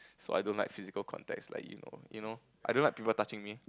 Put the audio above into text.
so I don't like physical contacts like you know you know I don't like people touching me